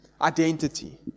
Identity